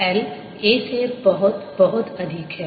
L a से बहुत बहुत अधिक है